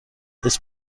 ist